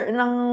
ng